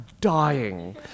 dying